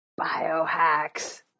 biohacks